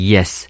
Yes